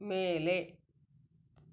ಮೇಲೆ